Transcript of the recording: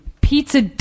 Pizza